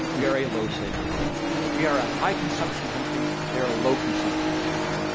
we are a low-savings country. we are a high-consumption country, they're a low-consumption country.